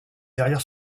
derrière